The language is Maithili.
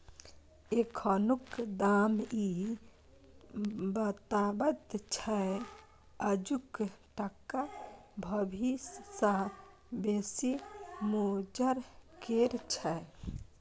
एखनुक दाम इ बताबैत छै आजुक टका भबिस सँ बेसी मोजर केर छै